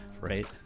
right